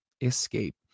escape